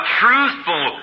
truthful